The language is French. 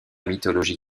mythologie